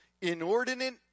inordinate